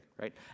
right